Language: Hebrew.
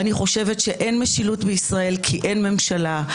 אני חשבת שאין משילות בישראל כי אין ממשלה.